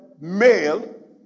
male